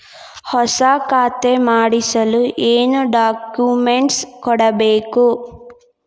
ಹೊಸ ಖಾತೆ ಮಾಡಿಸಲು ಏನು ಡಾಕುಮೆಂಟ್ಸ್ ಕೊಡಬೇಕು?